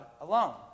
alone